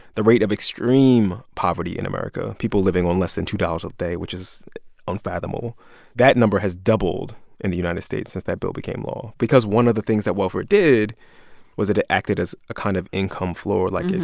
the rate of extreme poverty in america people living on less than two dollars a day, which is unfathomable that number has doubled in the united states since that bill became law because one of the things that welfare did was it acted as a kind of income floor. like,